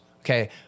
Okay